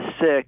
sick